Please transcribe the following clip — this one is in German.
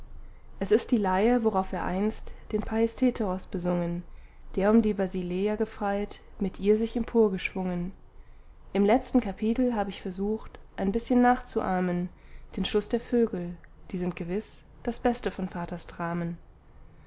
es ist die leier worauf er einst den paisteteros besungen der um die basileia gefreit mit ihr sich emporgeschwungen im letzten kapitel hab ich versucht ein bißchen nachzuahmen den schluß der vögel die sind gewiß das beste von vaters dramen